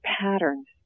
patterns